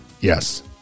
yes